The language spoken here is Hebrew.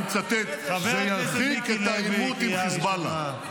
אני מצטט: "זה ירחיק את העימות עם חיזבאללה".